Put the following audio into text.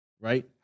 right